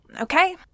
okay